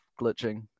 glitching